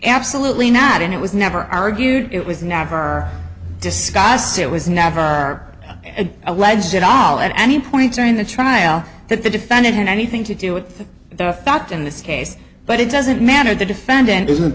absolutely not and it was never argued it was never discussed it was never are alleged at all at any point during the trial that the defendant had anything to do with the fact in this case but it doesn't matter the defendant is